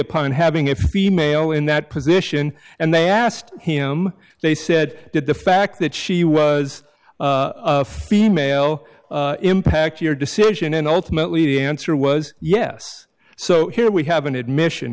upon having it female in that position and they asked him they said did the fact that she was female impact your decision and ultimately the answer was yes so here we have an admission